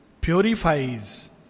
purifies